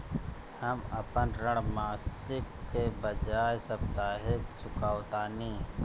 हम अपन ऋण मासिक के बजाय साप्ताहिक चुकावतानी